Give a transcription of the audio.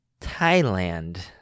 Thailand